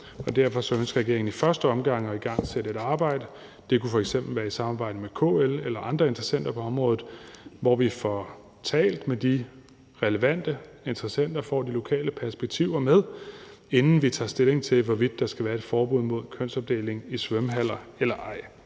derfor ønsker regeringen i første omgang at igangsætte et arbejde. Det kunne f.eks. være i samarbejde med KL eller andre interessenter på området, hvor vi får talt med de relevante interessenter og får de lokale perspektiver med, inden vi tager stilling til, hvorvidt der skal være et forbud mod kønsopdeling i svømmehaller eller ej.